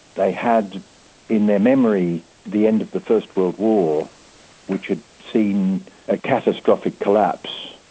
they had in their memory the end of the first world war which had seen a catastrophic collapse,